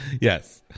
yes